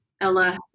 Ella